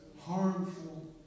Harmful